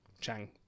Chang